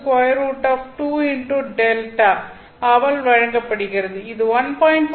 47x√2xΔ ஆல் வழங்கப்படுகிறது இது 1